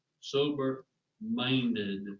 sober-minded